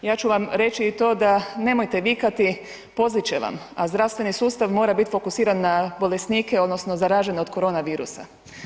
Ja ću vam reći i to da nemojte vikati, pozlit će vam a zdravstveni sustav mora biti fokusiran na bolesnike odnosno zaražene od korona virusa.